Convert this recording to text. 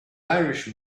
irish